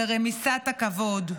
זוהי רמיסת הכבוד.